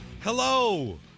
Hello